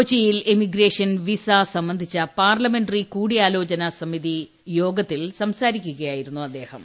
കൊച്ചിയിൽ emigration visa സംബന്ധിച്ച parliamentary കൂടിയാലോചന സമിതിയിൽ സംസാരിക്കുകയായിരുന്നു അദ്ദേഹം